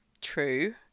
true